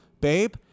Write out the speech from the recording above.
babe